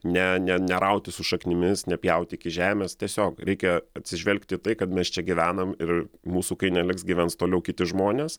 ne ne nerauti su šaknimis nepjauti iki žemės tiesiog reikia atsižvelgti į tai kad mes čia gyvenam ir mūsų kai neliks gyvens toliau kiti žmonės